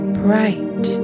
bright